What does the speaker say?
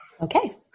Okay